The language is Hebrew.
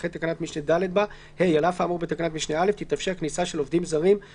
או דרכון של מדינת חוץ ותעודה מאת משרד החוץ